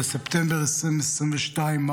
בספטמבר 2022,